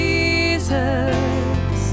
Jesus